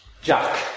Jack